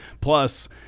Plus